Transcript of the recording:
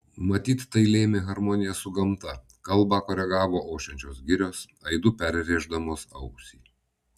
matyt tai lėmė harmonija su gamta kalbą koregavo ošiančios girios aidu perrėždamos ausį